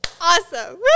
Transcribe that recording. Awesome